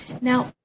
Now